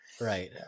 Right